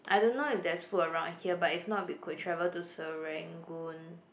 I don't know if there's food around here but if not we could travel to Serangoon